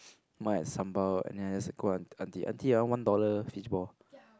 mine has sambal and I just go auntie auntie I want one dollar fish ball